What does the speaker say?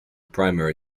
primary